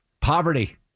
poverty